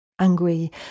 Angry